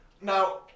Now